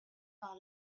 par